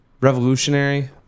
revolutionary